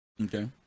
Okay